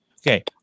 Okay